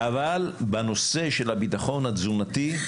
אבל בנושא של הביטחון התזונתי,